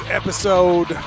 episode